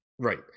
Right